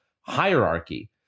hierarchy